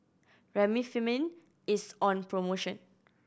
Remifemin is on promotion